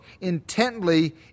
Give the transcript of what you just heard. intently